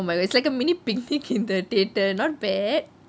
oh my god it's like a mini picnic in the theatre not bad